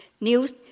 news